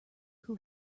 who